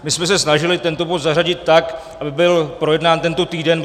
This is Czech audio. My jsme se snažili tento bod zařadit tak, aby byl projednán tento týden.